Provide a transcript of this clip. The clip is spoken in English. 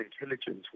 intelligence